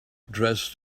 dressed